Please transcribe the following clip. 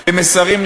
למסרים,